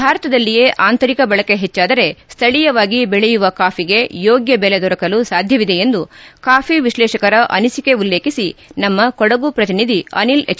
ಭಾರತದಲ್ಲಿಯೇ ಆಂತರಿಕ ಬಳಕೆ ಹೆಚ್ಚಾದರೆ ಸ್ವಳೀಯವಾಗಿ ಬೆಳೆಯುವ ಕಾಫಿಗೆ ಯೋಗ್ಯ ಬೆಲೆ ದೊರಕಲು ಸಾಧ್ಯವಿದೆ ಎಂದು ಕಾಫಿ ವಿಶ್ಲೇಷಕರ ಅನಿಸಿಕೆ ಉಲ್ಲೇಖಿಸಿ ನಮ್ಮ ಕೊಡಗು ಪ್ರತಿನಿಧಿ ಅನಿಲ್ ಎಚ್